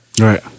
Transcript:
Right